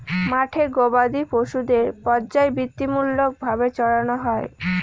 মাঠে গোবাদি পশুদের পর্যায়বৃত্তিমূলক ভাবে চড়ানো হয়